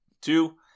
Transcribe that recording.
Two